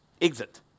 exit